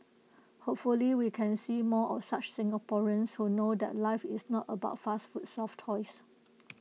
hopefully we can see more of such Singaporeans who know that life is not about fast food soft toys